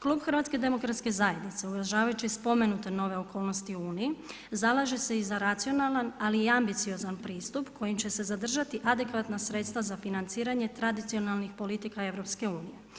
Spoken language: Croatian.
Klub HDZ-a uvažavajući spomenute nove okolnosti Uniji, zalaže se i za racionalan ali i ambiciozan pristup kojim će se zadržati adekvatna sredstva za financiranje tradicionalnih politika EU.